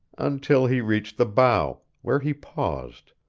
until he reached the bow, where he paused,